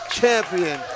Champion